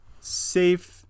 safe